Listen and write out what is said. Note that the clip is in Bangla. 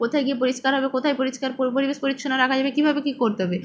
কোথায় গিয়ে পরিষ্কার হবে কোথায় পরিষ্কার পরিবেশ পরিচ্ছন্ন রাখা যাবে কীভাবে কী করতে হবে